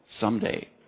someday